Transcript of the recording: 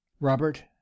robert